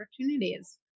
opportunities